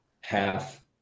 half